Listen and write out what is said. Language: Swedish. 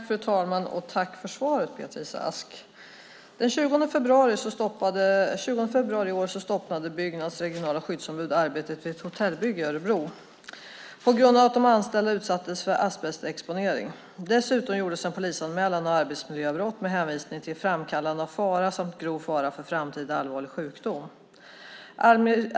Fru talman! Tack för svaret, Beatrice Ask! Den 20 februari i år stoppade Byggnads regionala skyddsombud arbetet vid ett hotellbygge i Örebro på grund av att de anställda utsattes för asbestexponering. Dessutom gjordes en polisanmälan av arbetsmiljöbrott med hänvisning till "framkallande av fara samt grov fara för framtida allvarlig sjukdom".